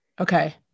Okay